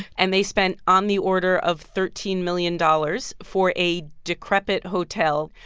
and they spent on the order of thirteen million dollars for a decrepit hotel.